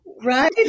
right